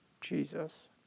Jesus